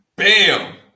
Bam